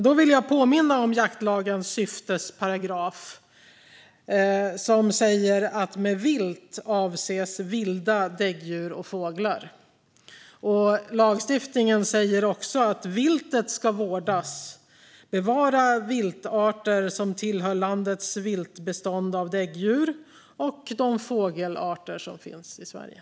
Då vill jag påminna om jaktlagens syftesparagraf, som säger: "Med vilt avses i lagen vilda däggdjur och fåglar." Lagstiftningen säger också att viltet ska vårdas i syfte att bevara de viltarter som tillhör landets viltbestånd av däggdjur och de fågelarter som finns i Sverige.